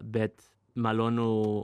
bet malonu